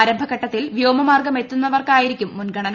ആരംഭഘട്ടത്തിൽ വ്യോമമാർഗ്ഗം എത്തുന്നവർക്കാടിരിക്കും മുൻഗണന